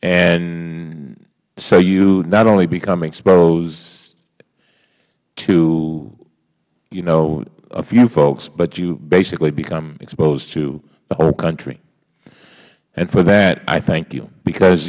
now so you not only become exposed to a few folks but you basically become exposed to the whole country and for that i thank you because